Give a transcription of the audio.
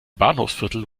bahnhofsviertel